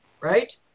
right